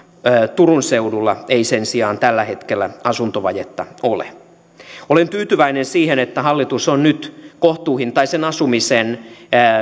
turun seudulla ei sen sijaan tällä hetkellä asuntovajetta ole olen tyytyväinen siihen että hallitus on nyt kohtuuhintaisen asumisen